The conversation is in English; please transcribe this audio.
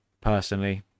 personally